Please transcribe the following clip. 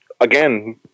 again